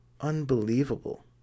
Unbelievable